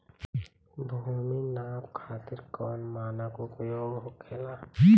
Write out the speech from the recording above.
भूमि नाप खातिर कौन मानक उपयोग होखेला?